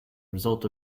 result